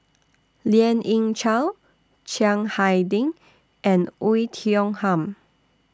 Lien Ying Chow Chiang Hai Ding and Oei Tiong Ham